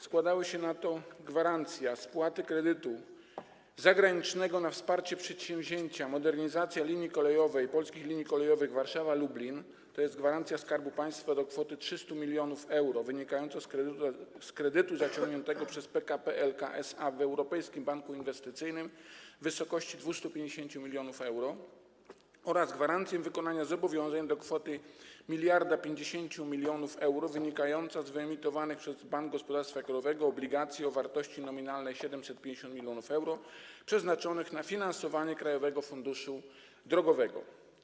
Składały się na to: gwarancja spłaty kredytu zagranicznego na wsparcie przedsięwzięcia: Modernizacja linii kolejowej Polskich Linii Kolejowych Warszawa - Lublin, tj. gwarancja Skarbu Państwa do kwoty 300 mln euro, wynikająca z kredytu zaciągniętego przez PKP PLK SA w Europejskim Banku Inwestycyjnym w wysokości 250 mln euro, oraz gwarancja wykonania zobowiązań do kwoty 1050 mln euro, wynikających z wyemitowania przez Bank Gospodarstwa Krajowego obligacji o wartości nominalnej 750 mld euro, przeznaczonych na finansowanie Krajowego Funduszu Drogowego.